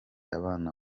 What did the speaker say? abana